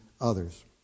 others